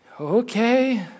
Okay